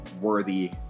worthy